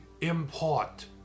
import